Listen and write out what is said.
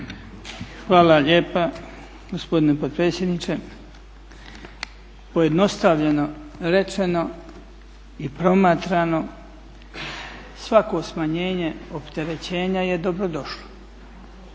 Hvala lijepa gospodine potpredsjedniče. Pojednostavljeno rečeno i promatrano svako smanjenje opterećenja je dobro došlo.